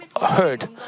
heard